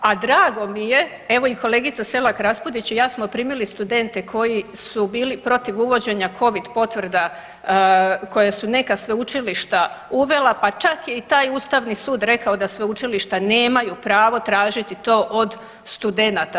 A drago mi je evo i kolegica Selak Raspudić i ja smo primili studente koji su bili protiv uvođenja Covid potvrda koje su neka sveučilišta uvela pa čak je i taj Ustavni sud rekao da sveučilišta nemaju pravo tražiti to od studenata.